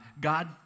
God